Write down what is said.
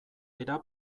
dira